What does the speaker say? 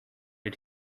did